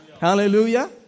Hallelujah